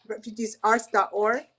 refugeesarts.org